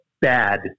bad